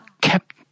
kept